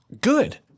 Good